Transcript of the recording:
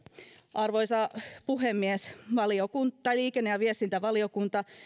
arvoisa puhemies liikenne ja viestintävaliokunta